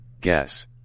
Guess